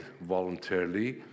voluntarily